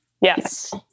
Yes